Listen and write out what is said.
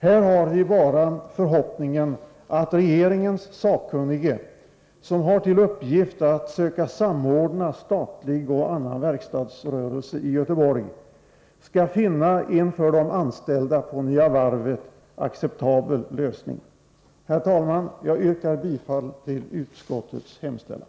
Här har vi bara förhoppningen att regeringens sakkunnige, som har till uppgift att söka samordna statlig och annan verkstadsrörelse i Göteborg, skall finna en för de anställda på Nya Varvet acceptabel lösning. Herr talman! Jag yrkar bifall till utskottets hemställan.